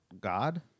God